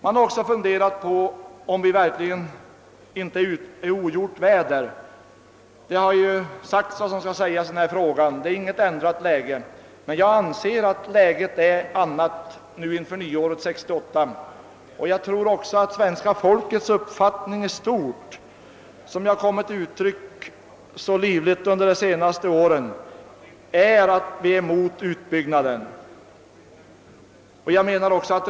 Man har också funderat på om vi inte är ute i ogjort väder. Vad som skall sägas i denna fråga är ju redan sagt. Läget har inte förändrats. Jag anser emellertid att läget är ett annat nu inför nyåret 1968. Jag tror också att svenska folkets uppfattning i stort, som den så livligt har kommit till uttryck de senaste åren, är att man är emot en utbyggnad.